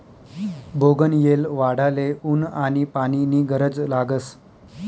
बोगनयेल वाढाले ऊन आनी पानी नी गरज लागस